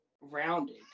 rounded